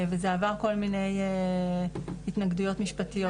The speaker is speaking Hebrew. וזה עבר כל מיני התנגדויות משפטיות.